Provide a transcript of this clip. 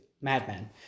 madman